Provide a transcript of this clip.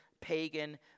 pagan